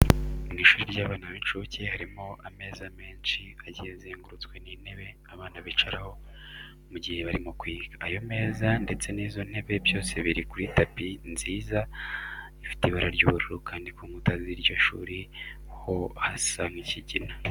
Mu ishuri ry'abana b'inshuke harimo ameza menshi agiye azengurutswe n'intebe abana bicaraho mu gihe barimo kwiga. Ayo meza ndetse n'izo ntebe byose biri kuri tapi nziza ifite ibara ry'ubururu kandi ku nkuta z'iryo shuri ho hasa nk'ikigina.